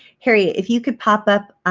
harriet if you could pop up